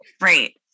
right